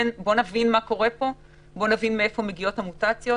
מה קורה פה ומאיפה מגיעות המוטציות.